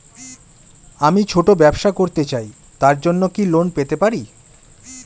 আমি ছোট ব্যবসা করতে চাই তার জন্য কি লোন পেতে পারি?